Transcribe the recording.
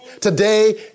today